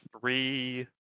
three